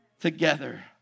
together